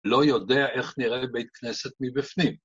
‫לא יודע איך נראה בית כנסת מבפנים.